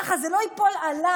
ככה זה לא ייפול עליי,